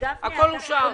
הכול אושר.